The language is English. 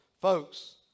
folks